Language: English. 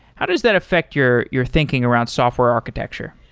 how does that affect your your thinking around software architecture?